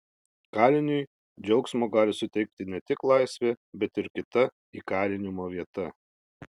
kaliniui džiaugsmo gali suteikti ne tik laisvė bet ir kita įkalinimo vieta